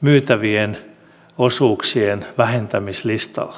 myytävien osuuksien vähentämislistalla